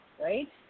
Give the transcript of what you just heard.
right